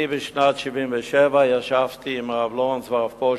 בשנת 1977 אני ישבתי עם הרב לורינץ והרב פרוש